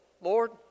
Lord